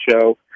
show